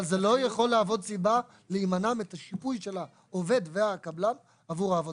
אבל זה לא יכול להוות עילה להימנע משיפוי של העובד והקבלן עבור העבודה.